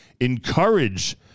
encourage